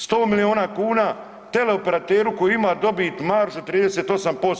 100 milijuna kuna teleoperateru koji ima dobit, maržu 38%